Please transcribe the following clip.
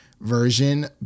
version